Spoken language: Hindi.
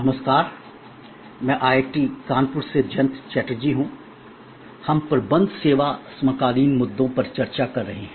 नमस्कार मैं IIT कानपुर से जयंत चटर्जी हूँ हम प्रबंध सेवा समकालीन मुद्दों पर चर्चा कर रहे हैं